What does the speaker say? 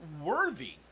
worthy